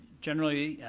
generally,